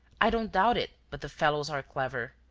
i don't doubt it, but the fellows are clever.